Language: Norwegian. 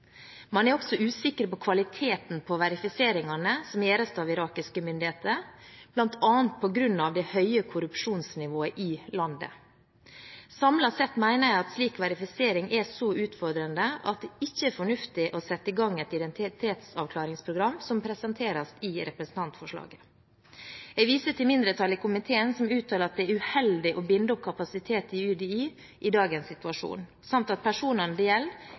Man er også usikker på kvaliteten på verifiseringene som gjøres av irakiske myndigheter, bl.a. pga. det høye korrupsjonsnivået i landet. Samlet sett mener jeg at slik verifisering er så utfordrende at det ikke er fornuftig å sette i gang et identitetsavklaringsprogram som presenteres i representantforslaget. Jeg viser til mindretallet i komiteen, som uttaler at det er uheldig å binde opp kapasitet i UDI i dagens situasjon, samt at personene det gjelder,